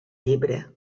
llibre